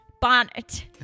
bonnet